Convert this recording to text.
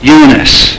Eunice